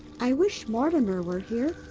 i wish mortimer were here.